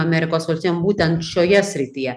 amerikos valstijom būtent šioje srityje